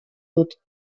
dut